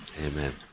Amen